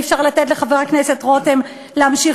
אי-אפשר לתת לחבר הכנסת רותם להמשיך